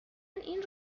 این